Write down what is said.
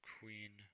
Queen